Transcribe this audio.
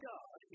God